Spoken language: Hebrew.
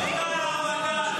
גוטליב.